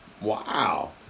Wow